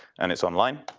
and it's online.